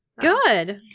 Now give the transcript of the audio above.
Good